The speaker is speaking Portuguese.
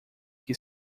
que